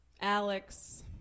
Alex